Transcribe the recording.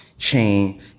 chain